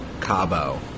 Cabo